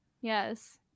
Yes